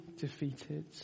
defeated